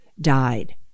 died